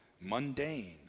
Mundane